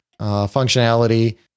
functionality